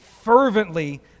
fervently